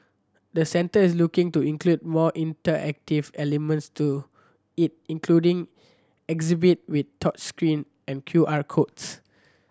the centre is looking to include more interactive elements to it including exhibit with touch screen and Q R codes